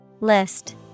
List